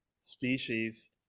species